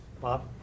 Bob